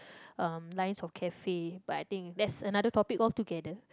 um lines of cafe but I think that's another topic altogether